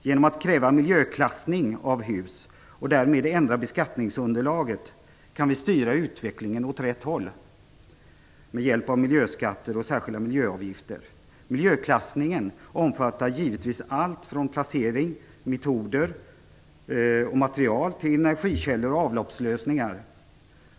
Genom att kräva miljöklassning av hus och därmed ändra beskattningsunderlaget kan vi styra utvecklingen åt rätt håll med hjälp av miljöskatter och särskilda miljöavgifter. Miljöklassningen omfattar givetvis allt från placering, metoder och material till energikällor och avloppslösningar.